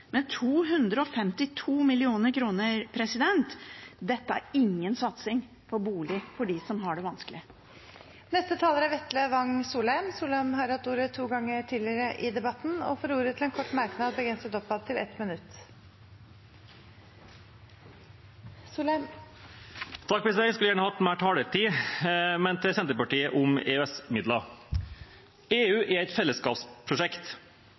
men i sum nedsettes den. Så står det: Utleieboliger nedsettes med 252 mill. kr. Dette er ingen satsing på bolig for dem som har det vanskelig. Representanten Vetle Wang Soleim har hatt ordet to ganger tidligere og får ordet til en kort merknad, begrenset til 1 minutt. Jeg skulle gjerne hatt mer taletid, men til Senterpartiet om EØS-midler: EU er et fellesskapsprosjekt.